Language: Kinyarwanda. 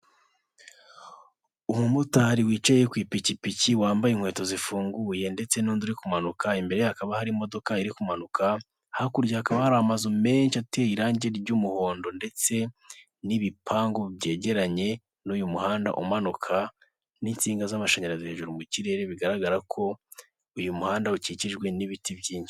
Umumotari wicaye ku ipikipiki, wambaye inkweto zifunguye ndetse n'undi uri kumanuka, imbere ye hakaba hari imodoka iri kumanuka, hakurya hakaba hari amazu menshi ateye irangi ry'umuhondo ndetse n'ibipangu byegeranye n'uyu muhanda umanuka n'insinga z'amashanyarazi hejuru mu kirere, bigaragara ko uyu muhanda ukikijwe n'ibiti byinshi.